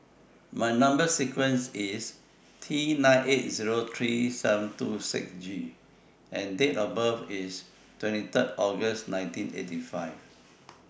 My Number sequence IS T nine eight Zero three seven two six G and Date of birth IS twenty Third August nineteen eighty five